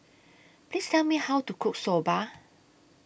Please Tell Me How to Cook Soba